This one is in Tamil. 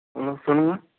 ஹலோ சொல்லுங்கள்